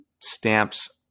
stamps